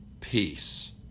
peace